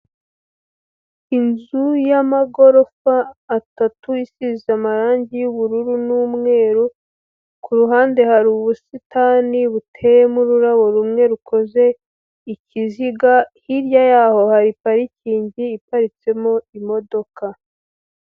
Inzu y'amagorofa atatu isize amarangi y'ubururu n'umweru, ku ruhande hari ubusitani buteyemo ururabo rumwe rukoze ikiziga, hirya y'aho hari parikingi iparitsemo imodoka.